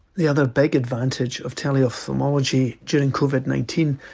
the other big advantage of teleophthalmology, during covid nineteen,